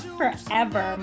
forever